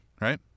right